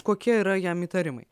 kokie yra jam įtarimai